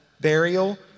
burial